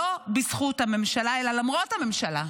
לא בזכות הממשלה אלא למרות הממשלה.